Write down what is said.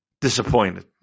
disappointed